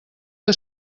que